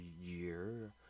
year